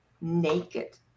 naked